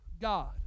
God